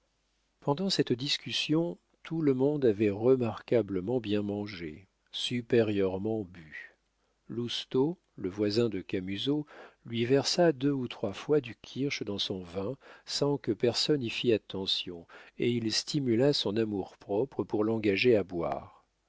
pendant cette discussion tout le monde avait remarquablement bien mangé supérieurement bu lousteau le voisin de camusot lui versa deux ou trois fois du kirsch dans son vin sans que personne y fît attention et il stimula son amour-propre pour l'engager à boire